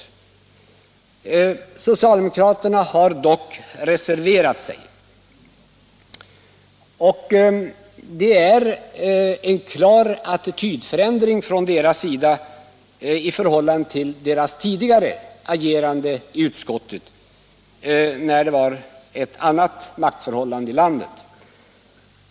Ändå har socialdemokraterna reserverat sig, och det är en klar attitydförändring från deras sida i förhållande till deras tidigare agerande i utskottet när det var ett annat maktförhållande i landet.